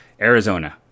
Arizona